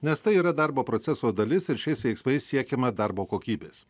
nes tai yra darbo proceso dalis ir šiais veiksmais siekiama darbo kokybės